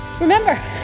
remember